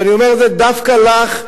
ואני אומר את זה דווקא לך,